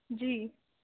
جی